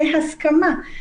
בהסכמה,